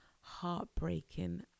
heartbreaking